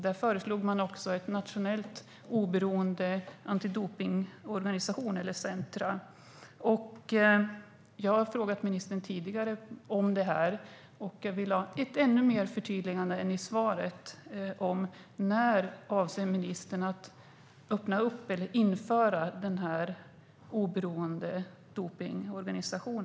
Där föreslog man också en nationell oberoende antidopningsorganisation eller ett centrum. Jag har frågat ministern tidigare om detta, och jag vill ha ännu mer förtydliganden än i interpellationssvaret om när ministern avser att öppna eller införa denna oberoende dopningsorganisation.